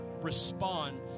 respond